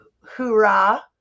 Hoorah